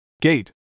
Gate